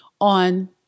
on